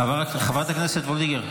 חברת הכנסת וולדיגר,